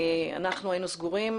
אנחנו היינו סגורים,